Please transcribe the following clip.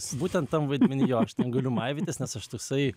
būtent tam vaidmeniui o aš negaliu maivytis nes aš toksai